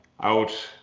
out